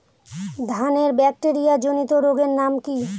ধানের ব্যাকটেরিয়া জনিত রোগের নাম কি?